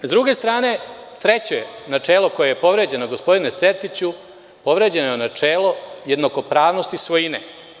Sa druge strane, treće načelo koje je povređeno gospodine Sertiću je načelo jednakopravnosti svojine.